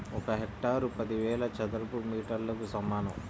ఒక హెక్టారు పదివేల చదరపు మీటర్లకు సమానం